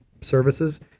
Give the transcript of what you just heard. services